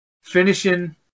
finishing